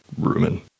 rumen